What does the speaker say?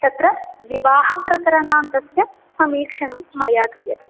तत्र विवाहप्रकरणान्तस्य समीक्षणं मया क्रियते